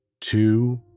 two